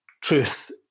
truth